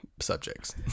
subjects